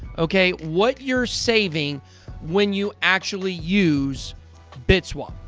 okay? what you're saving when you actually use bitswap.